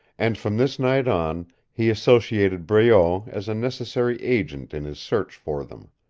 and from this night on he associated breault as a necessary agent in his search for them.